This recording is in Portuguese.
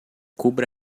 cubra